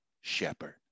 shepherd